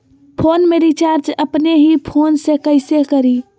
Phone में recharge अपने ही फ़ोन से कईसे करी?